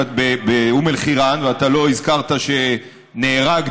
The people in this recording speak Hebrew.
ואתה לא הזכרת שנהרג,